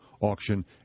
auction